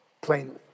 plainly